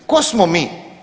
Tko smo mi?